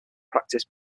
practiced